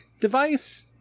device